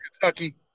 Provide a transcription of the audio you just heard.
Kentucky